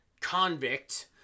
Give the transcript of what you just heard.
convict